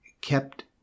kept